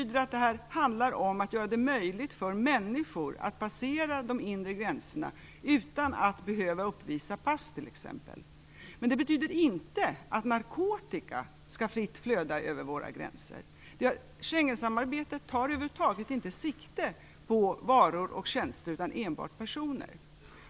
Det handlar om att göra det möjligt för människor att passera de inre gränserna utan att behöva uppvisa pass t.ex. Men det betyder inte att narkotika fritt skall flöda över våra gränser. Schengensamarbetet tar över huvud taget inte sikte på varor och tjänster, utan enbart på personer.